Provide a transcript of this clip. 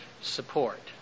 support